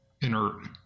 Inert